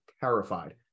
terrified